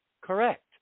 correct